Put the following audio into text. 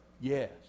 Yes